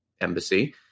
embassy